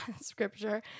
scripture